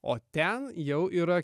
o ten jau yra